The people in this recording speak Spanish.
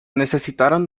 necesitaron